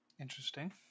Interesting